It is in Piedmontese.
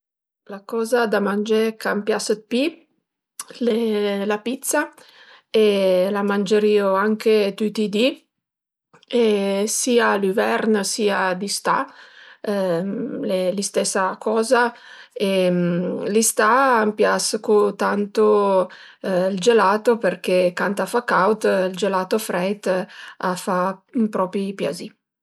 La coza da mangé ch'an pias 'd pi l'e la pizza e la mangërìu anche tüti i di e sia l'üvern sia d'istà, l'e l'istesa coza e l'istà a m'pias co tantu ël gelato përché cant a fa caud ël gelato freit a fa propi piazì